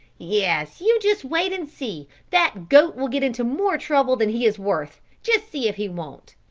yes, you just wait and see, that goat will get into more trouble than he is worth, just see if he won't.